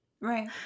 Right